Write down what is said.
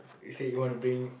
let's say you wanna bring